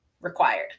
required